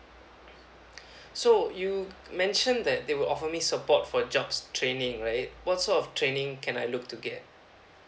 so you mentioned that they will offer me support for jobs training right what sort of training can I look to get